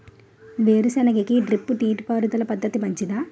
వేరుసెనగ కి డ్రిప్ నీటిపారుదల పద్ధతి మంచిదా?